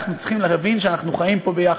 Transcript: אנחנו צריכים להבין שאנחנו חיים פה יחד.